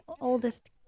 oldest